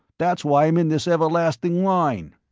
that's why i'm in this everlasting line.